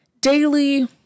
daily